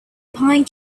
pine